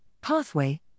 Pathway